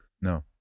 No